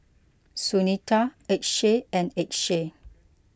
Sunita Akshay and Akshay